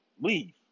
Leave